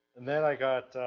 and then i got,